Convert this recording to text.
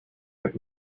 had